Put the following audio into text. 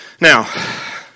Now